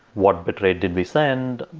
what bitrate did we send?